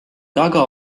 taga